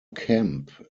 kemp